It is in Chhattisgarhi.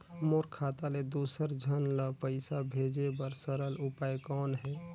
मोर खाता ले दुसर झन ल पईसा भेजे बर सरल उपाय कौन हे?